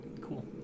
Cool